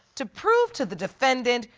to prove to the defendant,